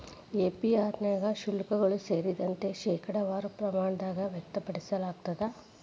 APR ನ್ಯಾಗ ಶುಲ್ಕಗಳು ಸೇರಿದಂತೆ, ಶೇಕಡಾವಾರ ಪ್ರಮಾಣದಾಗ್ ವ್ಯಕ್ತಪಡಿಸಲಾಗ್ತದ